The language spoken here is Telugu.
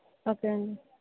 ఓకే అండి